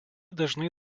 dažnai